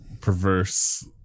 perverse